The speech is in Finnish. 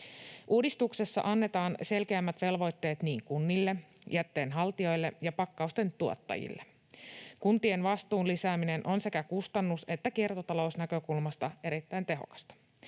Uudistuksessa annetaan selkeämmät velvoitteet niin kunnille, jätteen haltijoille kuin pakkausten tuottajille. Kuntien vastuun lisääminen on sekä kustannus- että kiertotalousnäkökulmasta erittäin tehokasta.